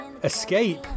Escape